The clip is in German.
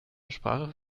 sprache